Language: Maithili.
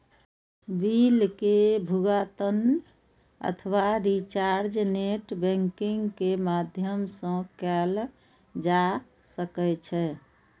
बिल के भुगातन अथवा रिचार्ज नेट बैंकिंग के माध्यम सं कैल जा सकै छै